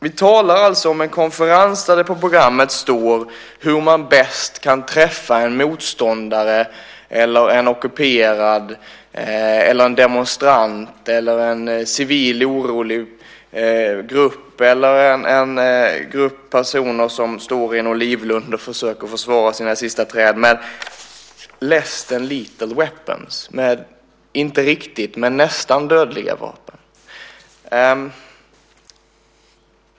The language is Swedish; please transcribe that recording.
Vi talar alltså om en konferens där det på programmet står om hur man bäst kan träffa en motståndare, en ockuperad, en demonstrant, en civil orolig grupp eller en grupp personer som står i en olivlund och försöker försvara sina sista träd med "less than lethal weapons" - med inte riktigt, men nästan dödliga vapen.